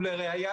ולראיה,